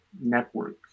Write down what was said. network